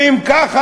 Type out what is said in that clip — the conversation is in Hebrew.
ואם ככה,